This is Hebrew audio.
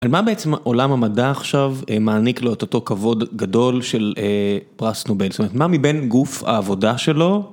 על מה בעצם עולם המדע עכשיו מעניק לו את אותו כבוד גדול של פרס נובל, זאת אומרת מה מבין גוף העבודה שלו...